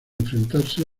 enfrentarse